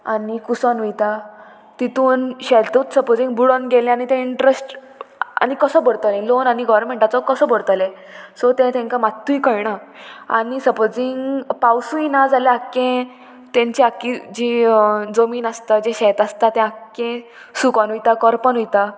आनी कुसोन वयता तितून शेतूच सपोजींग बुडोन गेलें आनी ते इंट्रस्ट आनी कसो भरतले लोन आनी गोवोरमेंटाचो कसो भरतले सो तांकां मात्तूय कळना आनी सपोजींग पावसूय ना जाल्यार आख्खें तेंची आख्खी जी जमीन आसता जें शेत आसता तें आख्खें सुकोन वयता करपोन वयता